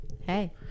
Hey